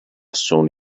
sono